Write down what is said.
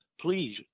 please